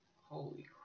holy